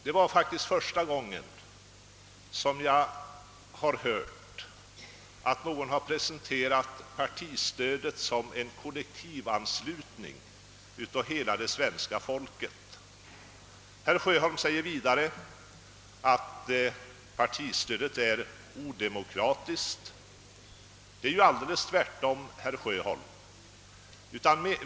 Jag har inte förrän herr Sjöholm sade det i dag hört partistödet rubriceras som en kollektiv anslutning av hela det svenska folket. Herr Sjöholm sade också att partistödet är odemokratiskt. Det förhåller sig tvärtom, herr Sjöholm.